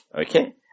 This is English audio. Okay